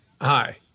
Hi